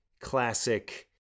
classic